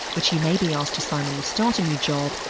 which you may be asked to sign when you start a new job,